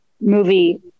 movie